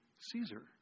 Caesar